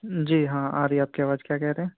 جی ہاں آ رہی ہے آپ کی آواز کیا کہہ رہے ہیں